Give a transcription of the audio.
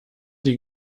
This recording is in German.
die